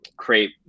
Create